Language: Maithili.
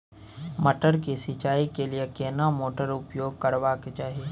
मटर के सिंचाई के लिये केना मोटर उपयोग करबा के चाही?